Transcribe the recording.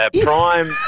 prime